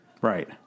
Right